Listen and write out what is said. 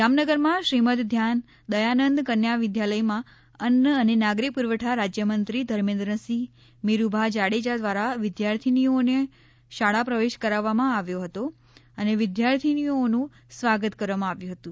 જામનગરમાં શ્રીમદ્દ દયાનંદ કન્યા વિદ્યાલયમાં અન્ન અને નાગરીક પુરવઠા રાજયમંત્રી ધર્મેન્દ્રસિંહ મેરૂભા જાડેજા દ્વારા વિદ્યાર્થીનીઓને શાળા પ્રવેશ કરાવવામાં આવ્યો હતો અને વિધ્યાર્થિનીઓનું સ્વાગત કરવામાં આવ્યું હતું